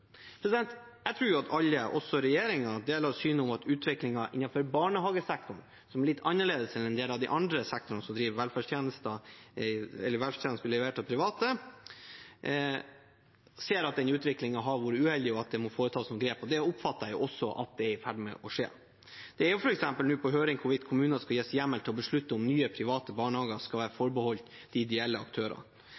Jeg tror at alle, også regjeringen, deler synet om at utviklingen innenfor barnehagesektoren, som er litt annerledes enn en del av de andre sektorene som driver velferdstjenester som blir levert av private, ser at den utviklingen har vært uheldig, og at det må foretas noen grep. Det oppfatter jeg også er i ferd med å skje. Det er f.eks. nå på høring hvorvidt kommunene skal gis hjemmel til å beslutte om nye private barnehager skal være